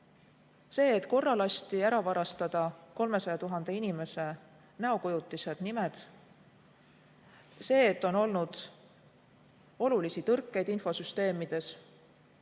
See, et korra lasti ära varastada 300 000 inimese näokujutised, nimed. See, et on olnud olulisi tõrkeid infosüsteemides.